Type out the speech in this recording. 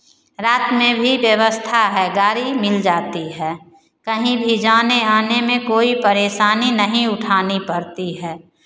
रात में भी व्यवस्था है गाड़ी मिल जाती है कहीं भी जाने आने में कोई परेशानी नहीं उठानी पड़ती है